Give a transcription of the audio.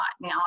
now